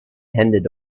handed